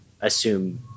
assume